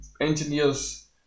engineers